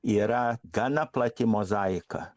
yra gana plati mozaika